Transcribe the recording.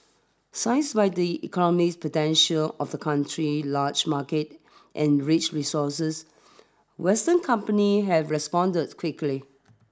seized by the economic potential of the country large market and rich resources western companies have responded quickly